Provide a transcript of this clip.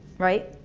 right?